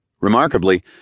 Remarkably